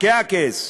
משחקי הכס.